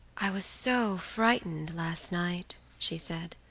i was so frightened last night, she said,